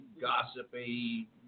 gossipy